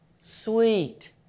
sweet